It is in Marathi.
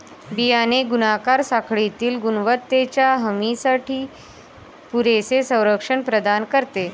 बियाणे गुणाकार साखळीतील गुणवत्तेच्या हमीसाठी पुरेसे संरक्षण प्रदान करते